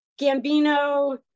Gambino